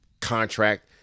contract